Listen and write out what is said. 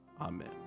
Amen